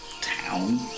town